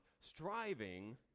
striving